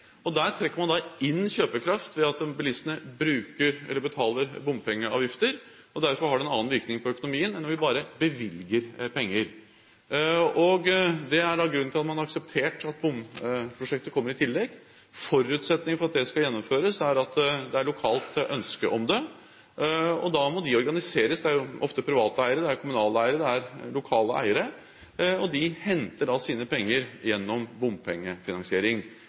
og der trekker man inn kjøpekraft ved at bilistene betaler bompengeavgifter. Derfor har det en annen virkning på økonomien enn om man bevilger penger. Det er grunnen til at man har akseptert at bompengeprosjekter kommer i tillegg. Forutsetningen for at det skal gjennomføres, er at det er lokalt ønske om det. Da må det organiseres. Det er ofte private eiere, det er kommunale eiere, det er lokale eiere, og de henter sine penger gjennom bompengefinansiering.